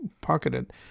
pocketed